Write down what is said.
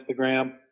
Instagram